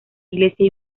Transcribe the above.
iglesia